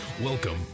Welcome